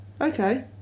Okay